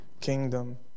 kingdom